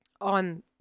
on